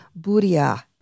Buria